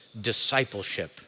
discipleship